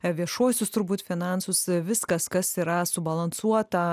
viešuosius turbūt finansus viskas kas yra subalansuota